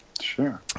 Sure